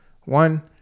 One